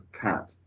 cat